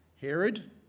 Herod